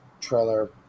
trailer